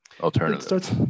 alternative